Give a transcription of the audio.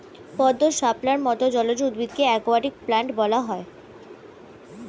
পদ্ম, শাপলার মত জলজ উদ্ভিদকে অ্যাকোয়াটিক প্ল্যান্টস বলা হয়